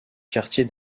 quartier